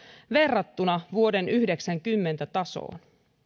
verrattuna vuoden yhdeksänkymmentä tasoon